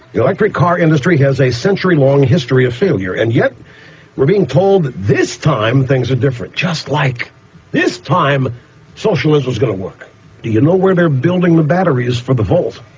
the electric car industry has a century-long history of failure, and yet we're being told this time things are different just like this time socialism's going to work. do you know where they're building the batteries for the volt?